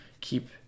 keep